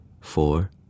four